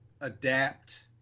adapt